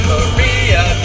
Maria